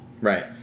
Right